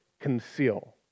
conceal